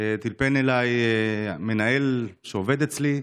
טלפן אליי המנהל שעובד אצלי,